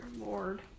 lord